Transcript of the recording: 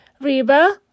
Reba